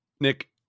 Nick